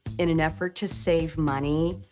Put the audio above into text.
in an effort to save money,